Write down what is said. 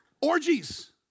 Orgies